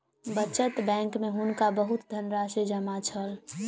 बचत बैंक में हुनका बहुत धनराशि जमा छल